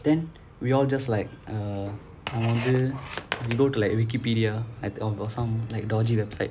then we all just like uh நான் வந்து:naan vanthu we go to Wikipedia or some dodgy website